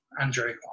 Andrew